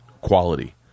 quality